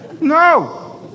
No